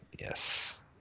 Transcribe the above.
Yes